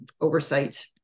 oversight